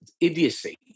idiocy